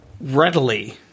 readily